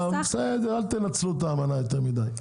בסדר, אל תנצלו את האמנות יותר מדיי.